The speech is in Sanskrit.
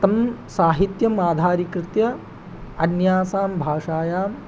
तं साहित्यम् आधारीकृत्य अन्यासां भाषायां